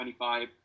25